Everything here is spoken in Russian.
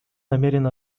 намерен